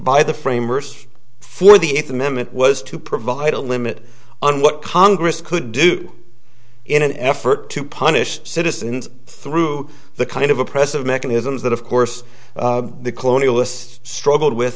by the framers for the eighth amendment was to provide a limit on what congress could do in an effort to punish citizens through the kind of oppressive mechanisms that of course the colonialists